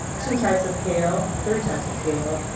two types of kale, three types of kale,